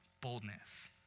boldness